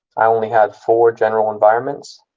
i only had four general environments.